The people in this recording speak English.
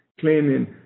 claiming